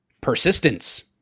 Persistence